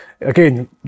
again